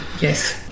yes